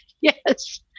Yes